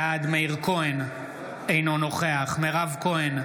בעד מאיר כהן, אינו נוכח מירב כהן,